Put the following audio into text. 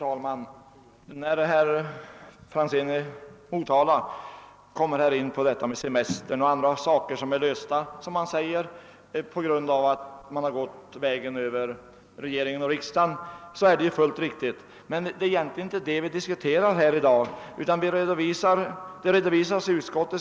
Herr talman! Herr Franzén i Motala kom bl.a. in på semesteroch andra frågor och sade att de har lösts tack vare att man gått vägen över regering och riksdag. Detta är fullt riktigt. Men egentligen är det inte den saken vi diskuterar nu.